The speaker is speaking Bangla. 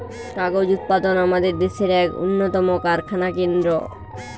কাগজ উৎপাদন আমাদের দেশের এক উন্নতম কারখানা কেন্দ্র